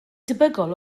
debygol